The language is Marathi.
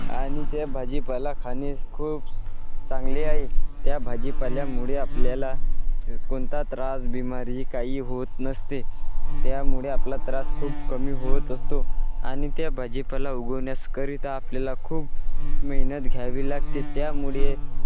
आणि त्या भाजीपाला खाणेच खूप स चांगले आहे त्या भाजीपाल्यामुळे आपल्याला क कोणता त्रास बिमारी काही होत नसते त्यामुळे आपला त्रास खूप कमी होत असतो आणि त्या भाजीपाला उगवण्याकरिता आपल्याला खूप मेहनत घ्यावी लागते त्यामुळे